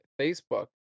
Facebook